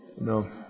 No